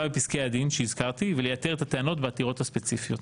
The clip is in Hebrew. בפסקי הדין שהזכרתי ולייתר את הטענות והעתירות הספציפיות.